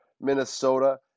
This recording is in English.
Minnesota